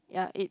ya it